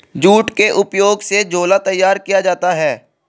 jute के उपयोग से झोला तैयार किया जाता है